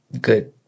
good